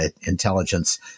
intelligence